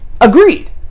Agreed